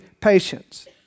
patience